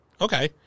Okay